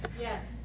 yes